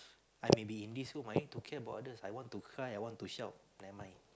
I may be in this room I don't care about others I want to cry I want to shout never mind